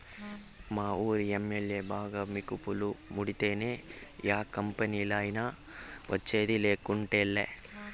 మావూరి MLA బాగా మికుపులు ముడితేనే యా కంపెనీలైనా వచ్చేది, లేకుంటేలా